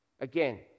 Again